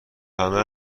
همه